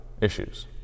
issues